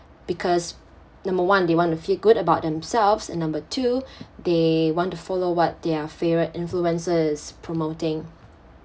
because number one they want to feel good about themselves and number two they want to follow what their favourite influencers promoting